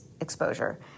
exposure